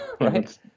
right